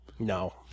No